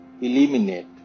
eliminate